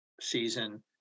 season